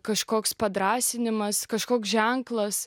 kažkoks padrąsinimas kažkoks ženklas